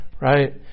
right